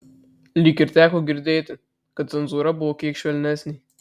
lyg ir teko girdėti kad cenzūra buvo kiek švelnesnė